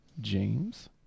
James